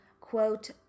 quote